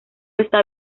está